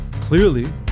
Clearly